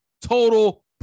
total